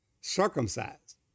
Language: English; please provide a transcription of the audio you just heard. circumcised